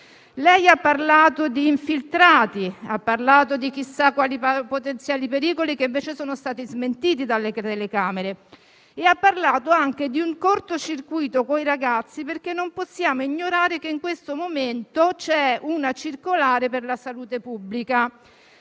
Lei ha parlato di infiltrati; ha parlato di chissà quali potenziali pericoli che invece sono stati smentiti dalle telecamere; ha parlato anche di un corto circuito con i ragazzi, perché non possiamo ignorare che in questo momento c'è una circolare per la salute pubblica.